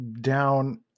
down